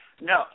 No